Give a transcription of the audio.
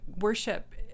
worship